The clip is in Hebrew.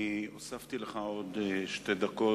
הוספתי לך עוד שתי דקות,